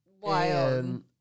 wild